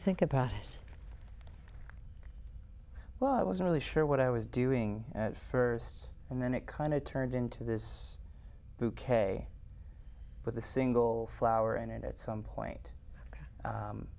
think about well i wasn't really sure what i was doing at first and then it kind of turned into this bouquet with a single flower and at some point